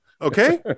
okay